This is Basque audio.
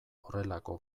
horrelako